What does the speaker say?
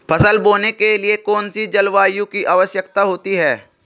फसल बोने के लिए कौन सी जलवायु की आवश्यकता होती है?